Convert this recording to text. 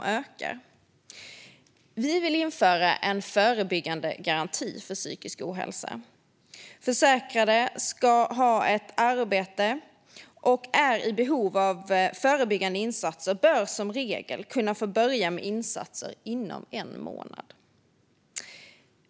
Vi i Moderaterna vill införa en förebyggandegaranti för psykisk ohälsa. Försäkrade som har ett arbete och är i behov av förebyggande insatser bör i regel kunna få börja med insatser inom en månad.